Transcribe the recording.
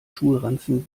schulranzen